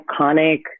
iconic